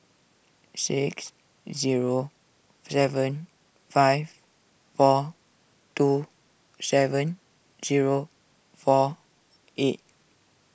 six zero seven five four two seven zero four eight